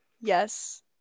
yes